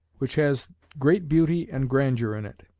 which has great beauty and grandeur in it,